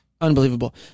unbelievable